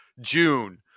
June